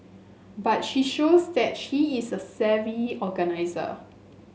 but she shows that she is a savvy organiser